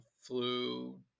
flu